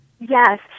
Yes